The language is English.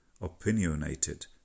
opinionated